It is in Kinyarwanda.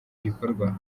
gikorwa